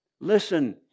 Listen